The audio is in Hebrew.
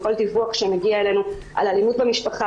בכל דיווח שמגיע אלינו על אלימות במשפחה,